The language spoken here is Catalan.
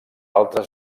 altres